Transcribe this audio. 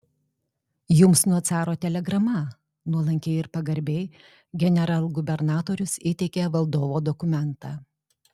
jums nuo caro telegrama nuolankiai ir pagarbiai generalgubernatorius įteikė valdovo dokumentą